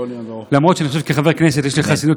למרות שאני חושב שכשחבר כנסת יש לי חסינות,